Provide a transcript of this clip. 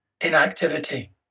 inactivity